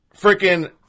freaking